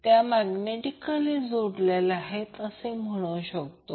त्या मैग्नेटिकली जोडलेल्या आहेत आपण म्हणू शकतो